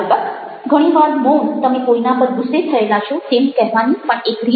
અલબત્ત ઘણી વાર મૌન તમે કોઈના પર ગુસ્સે થયેલા છો તેવું કહેવાની પણ એક રીત છે